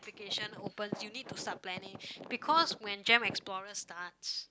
application opens you need to start planning because when gem explorer starts